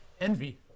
Envy